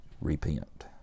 Repent